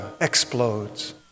explodes